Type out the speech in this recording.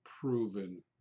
proven